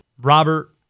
Robert